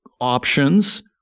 options